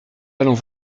allons